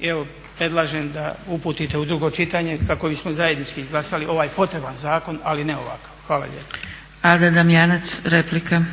i evo predlažem da uputite u drugo čitanje kako bismo zajednički izglasali ovaj potreban zakon ali ne ovakav. **Zgrebec, Dragica (SDP)** Ada DAmjanac, replika.